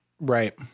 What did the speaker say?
Right